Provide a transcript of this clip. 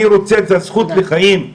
אני רוצה את הזכות לחיים.